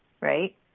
right